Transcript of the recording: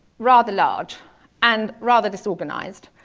rather large and rather disorganized.